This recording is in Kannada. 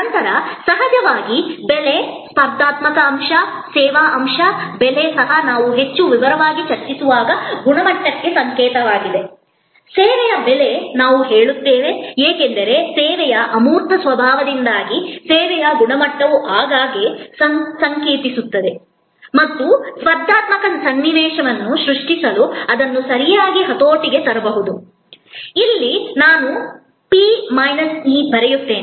ನಂತರ ಸಹಜವಾಗಿ ಬೆಲೆ ಸ್ಪರ್ಧಾತ್ಮಕ ಅಂಶ ಸೇವಾ ಅಂಶ ಬೆಲೆ ಸಹ ನಾವು ಹೆಚ್ಚು ವಿವರವಾಗಿ ಚರ್ಚಿಸುವಾಗ ಗುಣಮಟ್ಟಕ್ಕೆ ಸಂಕೇತವಾಗಿದೆ ಸೇವೆಯ ಬೆಲೆ ನಾವು ಹೇಳುತ್ತೇವೆ ಏಕೆಂದರೆ ಸೇವೆಯ ಅಮೂರ್ತ ಸ್ವಭಾವದಿಂದಾಗಿ ಸೇವೆಯ ಗುಣಮಟ್ಟವು ಆಗಾಗ್ಗೆ ಸಂಕೇತಿಸುತ್ತದೆ ಮತ್ತು ಸ್ಪರ್ಧಾತ್ಮಕ ಸನ್ನಿವೇಶವನ್ನು ಸೃಷ್ಟಿಸಲು ಅದನ್ನು ಸರಿಯಾಗಿ ಹತೋಟಿಗೆ ತರಬಹುದು ಇಲ್ಲಿ ನಾನು ಪಿ ಮೈನಸ್ ಇ ಬರೆಯುತ್ತೇನೆ